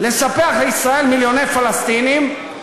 לספח לישראל מיליוני פלסטינים,